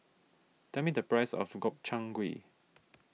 tell me the price of Gobchang Gui